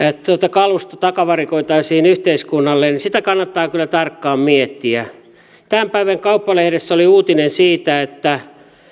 kalusto takavarikoitaisiin yhteiskunnalle kannattaa kyllä tarkkaan miettiä tämän päivän kauppalehdessä oli uutinen siitä että